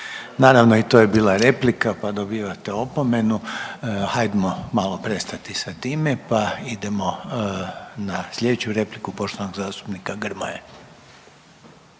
Naravno i to je bila replika, pa dobivate opomenu. Hajdmo malo prestati sa time, pa idemo na slijedeću repliku poštovanog zastupnika Grmoje.